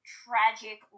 tragic